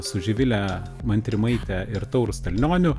su živile montrimaite ir tauru stalnioniu